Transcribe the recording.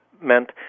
meant